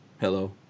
Hello